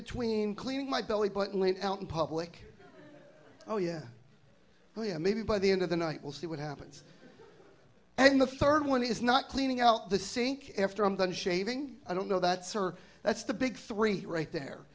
between cleaning my belly button lint out in public oh yeah oh yeah maybe by the end of the night we'll see what happens and the third one is not cleaning out the sink after i'm done shaving i don't know that sir that's the big three right there